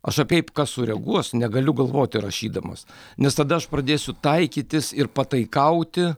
aš apie kaip kas sureaguos negaliu galvoti rašydamas nes tada aš pradėsiu taikytis ir pataikauti